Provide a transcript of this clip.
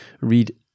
read